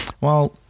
Well-